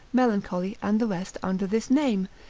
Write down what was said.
melancholy, and the rest under this name,